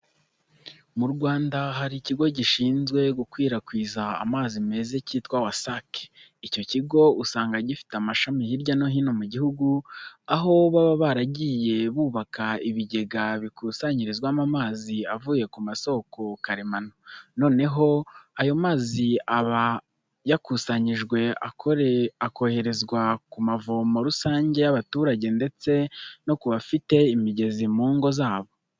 Mu Rwanda, hari ikigo gishinzwe gukwirakwiza amazi meza kitwa "WASAC". Icyo kigo usanga gifite amashami hirya no hino mugihugu, aho baba baragiye bubaka ibigega bikusanyirizwamo amazi avuye kumasoko karemano, noneho ayo mazi aba yakusanyijwe akoherezwa kumavomo rusange y'abaturage ndetse nokubafite imigezi mungo zabo.